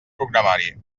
programari